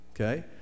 okay